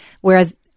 whereas